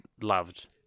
loved